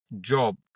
job